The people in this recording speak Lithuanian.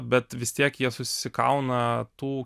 bet vis tiek jie susikauna tų